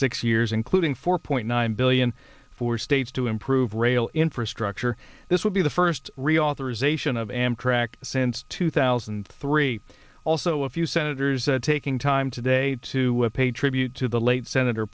six years including four point nine billion for states to improve rail infrastructure this would be the first reauthorization of amtrak since two thousand and three also a few senators said taking time today to pay tribute to the late senator